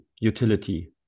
utility